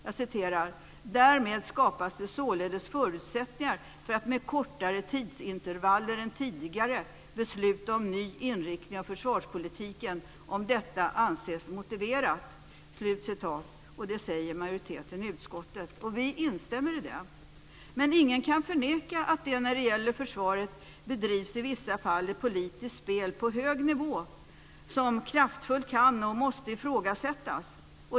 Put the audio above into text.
Jag citerar: "Därmed skapas det således förutsättningar för att med kortare tidsintervaller än tidigare besluta om ny inriktning av försvarspolitiken, om detta anses motiverat." Det säger majoriteten i utskottet, och vi instämmer i det. Men ingen kan förneka att det när det gäller försvaret i vissa fall bedrivs ett politiskt spel på hög nivå som kraftfullt kan och måste ifrågasättas.